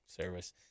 service